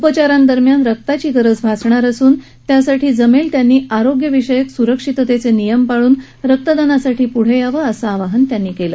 उपचारांदरम्यान रक्ताची गरज भासणार असून त्यासाठी जमेल त्यांनी आरोग्यविषयक सुरक्षिततेचे नियम पाळून रक्तदानासाठी प्ढे यावं असं आवाहन त्यांनी केलं